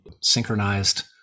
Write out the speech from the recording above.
synchronized